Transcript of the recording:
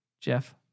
Jeff